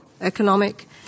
economic